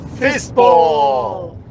Fistball